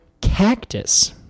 cactus